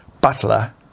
Butler